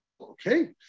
Okay